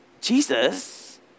Jesus